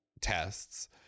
tests